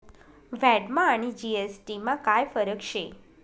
व्हॅटमा आणि जी.एस.टी मा काय फरक शे?